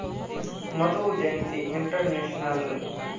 Madhu Jayanti international